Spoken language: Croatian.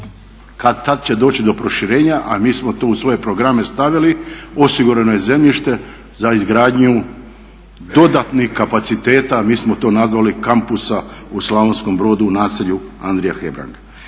kada tada će doći do proširenja a mi smo to u svoje programe stavili, osigurano je zemljište za izgradnju dodatnih kapaciteta, mi smo to nazvali kampusa u Slavonskom brodu u naselju Andrija Hebrang.